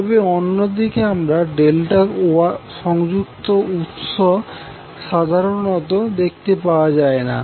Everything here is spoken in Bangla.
তবে অন্যদিকে আমরা ∆ সংযুক্ত উৎস সাধারণত দেখতে পাওয়া না